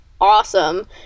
awesome